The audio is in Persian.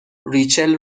ریچل